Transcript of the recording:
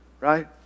right